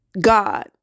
God